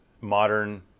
modern